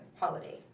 holiday